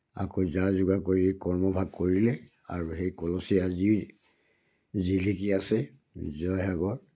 আকৌ যা যোগাৰ কৰি কৰ্মভাগ কৰিলে আৰু সেই কলচীয়া যি জিলিকি আছে জয়সাগৰত